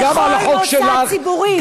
שבכל מוסד ציבורי,